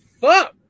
fuck